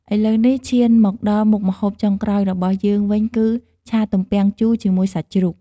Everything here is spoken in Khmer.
ឥឡូវនេះ ឈានមកដល់មុខម្ហូបចុងក្រោយរបស់យើងវិញគឺ ឆាទំពាំងជូរជាមួយសាច់ជ្រូក។